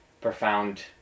profound